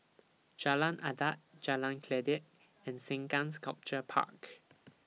Jalan Adat Jalan Kledek and Sengkang Sculpture Park